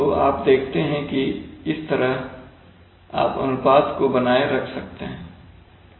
तो आप देखते हैं कि इस तरह आप अनुपात को बनाए रख सकते हैं